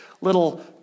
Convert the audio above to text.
little